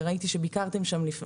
וראיתי שדיברתי שם לפני,